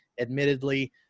admittedly